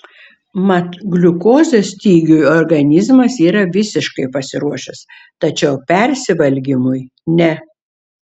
mat gliukozės stygiui organizmas yra visiškai pasiruošęs tačiau persivalgymui ne